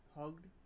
hugged